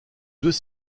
deux